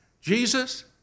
Jesus